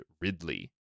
Ridley